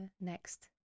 next